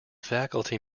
faculty